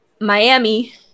Miami